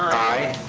aye.